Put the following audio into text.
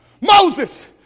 Moses